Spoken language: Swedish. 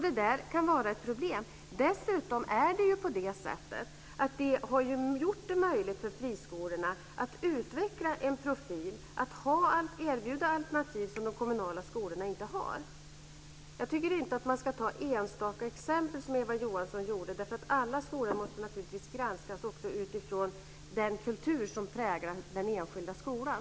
Det kan vara ett problem. Men därtill har detta gjort det möjligt för friskolorna att utveckla en profil, att erbjuda alternativ som de kommunala skolorna inte har. Jag tycker inte att man ska peka på enstaka exempel, som Eva Johansson gjorde. Alla skolor måste naturligtvis granskas också utifrån den kultur som präglar den enskilda skolan.